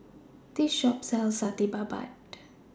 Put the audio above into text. This Shop sells Satay Babat